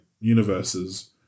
universes